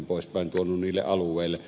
tuoneet niille alueille